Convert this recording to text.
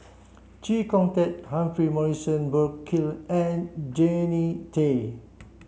Chee Kong Tet Humphrey Morrison Burkill and Jannie Tay